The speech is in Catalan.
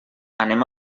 anem